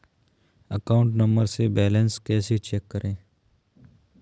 Account number से balance कैसे check करें?